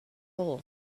hole